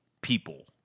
people